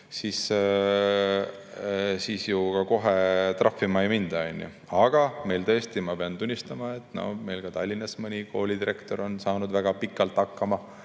siis kohe trahvima ei minda. Aga tõesti, ma pean tunnistama, et ka meil Tallinnas mõni koolidirektor on saanud väga pikalt hakkama